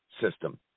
system